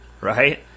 right